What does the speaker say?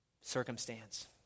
circumstance